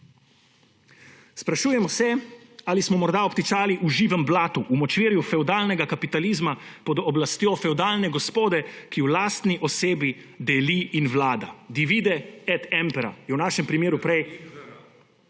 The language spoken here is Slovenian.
Sprašujemo se, ali smo morda obtičali v živem blatu, v močvirju fevdalnega kapitalizma pod oblastjo fevdalne gospode, ki v lastni osebi deli in vlada. »Divide ed impera« je v našem primeru prej